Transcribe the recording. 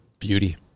Beauty